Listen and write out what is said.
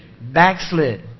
backslid